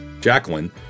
Jacqueline